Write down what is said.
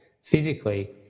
Physically